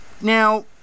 Now